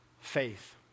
faith